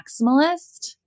maximalist